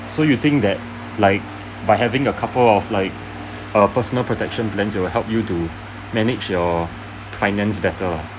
so you think that like by having a couple of like er personal protection plans will help you to manage your finance better lah